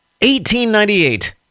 1898